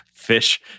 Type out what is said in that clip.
fish